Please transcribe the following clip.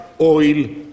oil